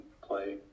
play